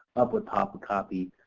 up would pop a copy,